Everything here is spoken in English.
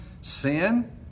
sin